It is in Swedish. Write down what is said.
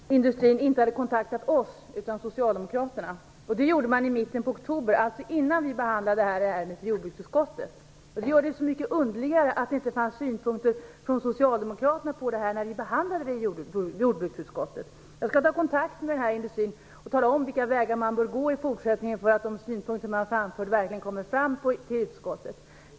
Herr talman! Det är riktigt att det inte fanns någon motion från Miljöpartiet om detta. Det beror på att industrin inte hade kontaktat oss utan Socialdemokraterna. Det gjordes i mitten av oktober, alltså innan vi behandlade ärendet i jordbruksutskottet. Det gör det så mycket underligare att det inte fanns synpunkter från Socialdemokraterna på detta när vi behandlade ärendet i jordbruksutskottet. Jag skall ta kontakt med den berörda industrin och tala om vilka vägar man bör gå i fortsättningen för att de synpunkter man framför verkligen skall komma fram till utskottet.